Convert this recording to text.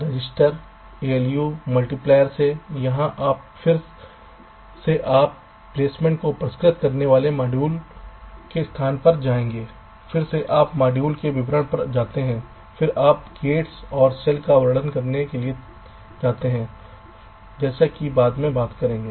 register ALU multiplier से यहाँ फिर से आप प्लेसमेंट को परिष्कृत करने वाले मॉड्यूल के स्थान पर जाएंगे फिर से आप मॉड्यूल के विवरण पर जाते हैं फिर आप Gates और Cells का वर्णन करने के लिए जाते हैं जैसा कि बाद में बात करेंगे